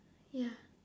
ya